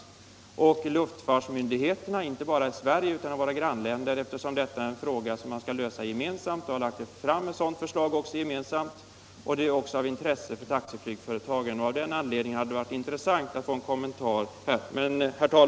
Frågan är vidare av intresse för luftfartsmyndigheterna inte bara i Sverige utan också i våra grannländer, eftersom det är en fråga som man skall lösa gemensamt. Man har också lagt fram ett gemensamt förslag. Även för taxiflygföretag är frågan av intresse. Mot denna bakgrund hade det varit intressant att få en kommentar här.